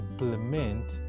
implement